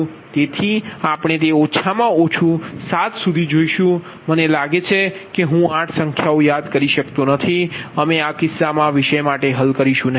તેથી આપણે તે ઓછામાં ઓછું 7 જોશું મને લાગે છે કે હું 8 સંખ્યાઓ યાદ કરી શકતો નથી અમે આ ચોક્કસ વિષય માટે હલ કરીશું